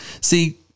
see